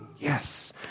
Yes